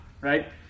right